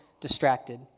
distracted